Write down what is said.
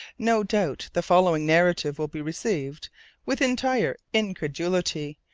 no doubt the following narrative will be received with entire incredulity,